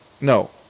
no